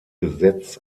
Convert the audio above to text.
gesetz